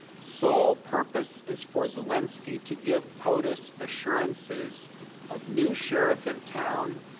sole purpose is for zelensky to give potus assurances of new sheriff in town,